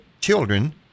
children